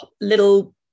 little